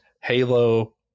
Halo